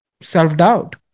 self-doubt